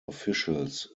officials